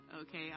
Okay